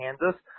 Kansas